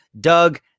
Doug